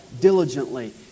diligently